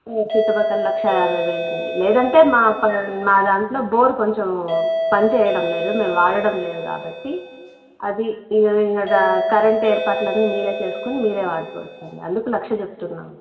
చుట్టుపక్కల లక్ష యాభై వేలుంంది లేదంటే మా ప మా దాంట్లో బోర్ కొంచెం పని చేయడం లేదు మేము వాడడం లేదు కాబట్టి అది ఇ కరెంట్ ఏర్పాట్లన్నీ మీరే చేసుకొని మీరే వాడుకోవచ్చండి అందుకు లక్ష చెప్తున్నాము